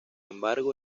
embargo